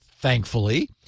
thankfully